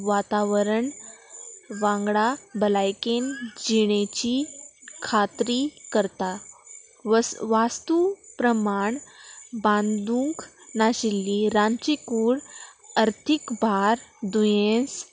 वातावरण वांगडा भलायकेन जिणेची खात्री करता वस वास्तू प्रमाण बांदूंक नाशिल्ली रांदची कूड अर्थीक भार दुयेंस